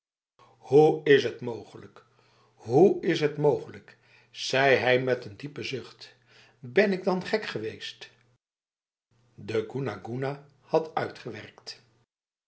hoe is het mogelijk hoe is het mogelijk zei hij met een diepe zucht ben ik dan gek geweest de goena goena had uitgewerkt